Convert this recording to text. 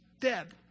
dead